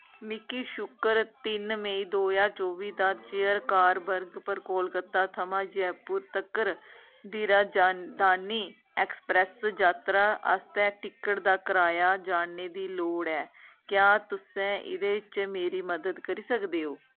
मिगी शुक्कर तिन्न मई दो ज्हार चौबी दा चेयर कार वर्ग पर कोलकाता थमां जयपुर तक्कर दी राजधानी एक्सप्रैस्स यात्रा आस्तै टिकट दा कराया जानने दी लोड़ ऐ क्या तुसैं एह्दे च मेरी मदद करी सकदे ओ